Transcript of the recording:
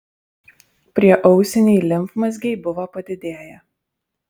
prieausiniai limfmazgiai buvo padidėję